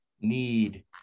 Need